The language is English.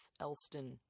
Elston